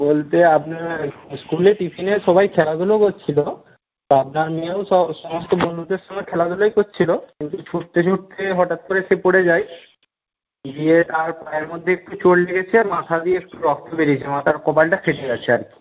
বলতে আপনার স্কুলে টিফিনে সবাই খেলাধুলো করছিল তো আপনার মেয়েও সব সমস্ত বন্ধুদের সঙ্গে খেলাধুলোই করছিল কিন্তু ছুটতে ছুটতে হঠাৎ করে সে পড়ে যায় গিয়ে তার পায়ের মধ্যে একটু চোট লেগেছে মাথা দিয়ে একটু রক্ত বেরিয়েছে মাথার কপালটা ফেটে গেছে আর কি